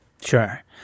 Sure